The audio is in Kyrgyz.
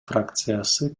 фракциясы